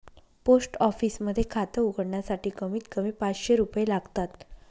post office मध्ये खात उघडण्यासाठी कमीत कमी पाचशे रुपये लागतात